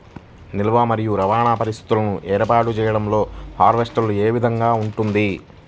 నిల్వ మరియు రవాణా పరిస్థితులను ఏర్పాటు చేయడంలో హార్వెస్ట్ ఏ విధముగా ఉంటుంది?